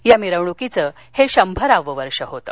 या मिरवणुकीचं हे शंभरावं वर्ष होतं